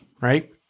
Right